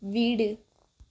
வீடு